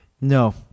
No